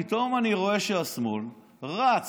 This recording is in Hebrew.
פתאום אני רואה שהשמאל רץ,